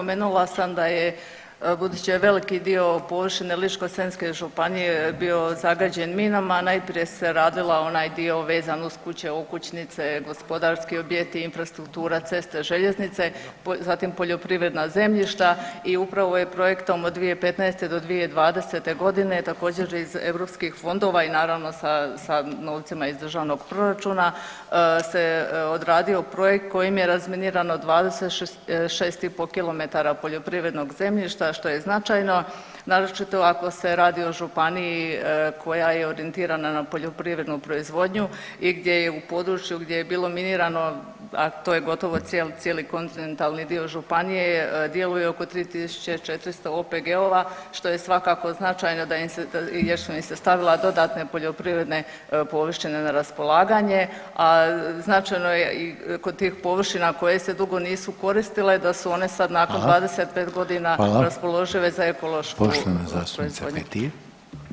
Da, spomenula sam da je budući je veliki dio površine Ličko-senjske županije bio zagađen minama, najprije se radila onaj dio vezan uz kuće, okućnice, gospodarski objekti, infrastruktura, ceste, željeznice zatim poljoprivredna zemljišta i upravo je projektom od 2015.-2020.g. također iz eu fonodva i naravno sa novcima iz državnog proračuna se odradio projekt kojim je razminirano 26,5 km poljoprivrednog zemljišta što je značajno naročito ako se radi o županiji koja je orijentirana na poljoprivrednu proizvodnju i gdje je u području gdje je bilo minirano, a to je gotovo cijeli kontinentalni dio županije djeluje oko 3400 OPG-ova što je svakako značajno jer su im se stavila dodatne poljoprivredne površine na raspolaganje, a značajno je kod tih površina koje se dugo nisu koristile da su one sad nakon [[Upadica Reiner: Hvala.]] 25 godina [[Upadica Reiner: Hvala.]] raspoložive za ekološku proizvodnju.